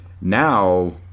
now